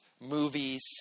Movies